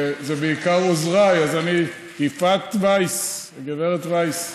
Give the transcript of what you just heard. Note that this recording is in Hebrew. זה בעיקר עוזריי, אז אני, יפעת וייס, הגב' וייס.